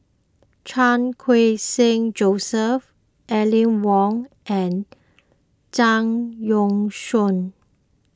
Chan Khun Sing Joseph Aline Wong and Zhang Youshuo